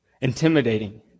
intimidating